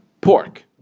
pork